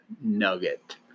nugget